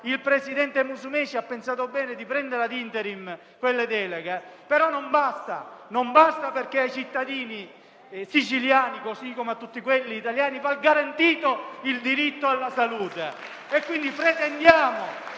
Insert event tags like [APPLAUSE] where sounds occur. il presidente Musumeci ha pensato bene di prendere *ad interim* quelle deleghe, ma non basta. Non basta perché ai cittadini siciliani, così come a tutti gli italiani, va garantito il diritto alla salute. [APPLAUSE] Quindi pretendiamo